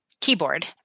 keyboard